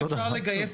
לא מצליחים לגייס.